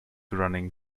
running